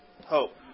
Hope